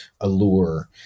allure